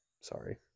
sorry